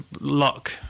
luck